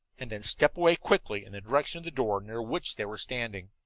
and then step away quickly in the direction of the door, near which they were standing.